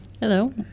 Hello